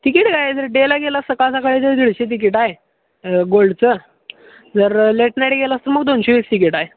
ticket काय जर डेला गेलास सकाळ सकाळी जर दीडशे तिकीट आहे गोल्डचं जर लेट नायट गेलास तर मग दोनशे वीस तिकीट आहे